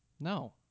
No